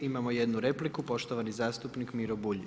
Imamo jednu repliku, poštovani zastupnik Miro Bulj.